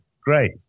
great